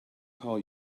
call